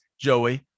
Joey